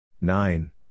nine